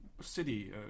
city